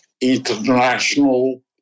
international